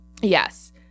Yes